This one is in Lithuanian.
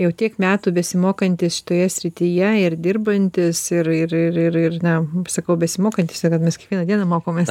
jau tiek metų besimokantis šitoje srityje ir dirbantys ir ir na sakau besimokantis o gal mes kiekvieną dieną mokomės